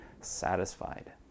satisfied